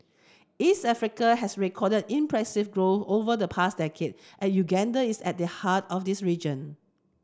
East Africa has recorded impressive growth over the past decade and Uganda is at the heart of this region